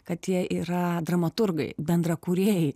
kad jie yra dramaturgai bendra kūrėjai